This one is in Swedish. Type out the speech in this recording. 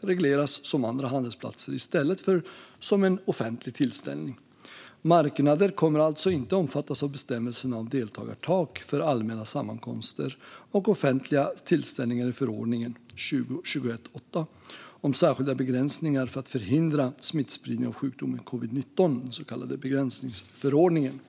regleras som andra handelsplatser i stället för som en offentlig tillställning. Marknader kommer alltså inte att omfattas av bestämmelserna om deltagartak för allmänna sammankomster och offentliga tillställningar i förordningen om särskilda begränsningar för att förhindra spridning av sjukdomen covid-19, den så kallade begränsningsförordningen.